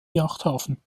yachthafen